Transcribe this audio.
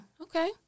okay